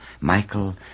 Michael